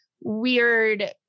weird